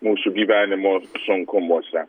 mūsų gyvenimo sunkumuose